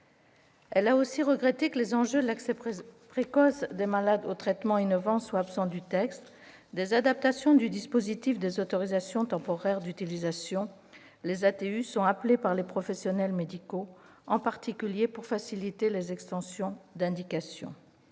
Elle a aussi regretté que les enjeux de l'accès précoce des malades aux traitements innovants soient absents du texte. Des adaptations du dispositif des autorisations temporaires d'utilisation, les ATU, sont souhaitées par les professionnels médicaux, en particulier pour faciliter les extensions d'indications.